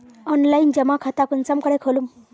Online जमा खाता कुंसम करे खोलूम?